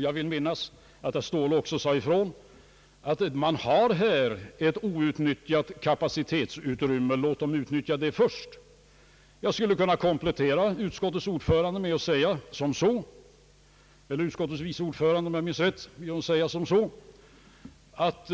Jag tror också att herr Ståhle sade ifrån att man här har ett outnyttjat kapacitetsutrymme och att det bör utnyttjas först. Jag skulle kunna komplettera utskottets vice ordförande med att säga att